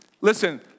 listen